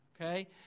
okay